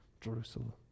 Jerusalem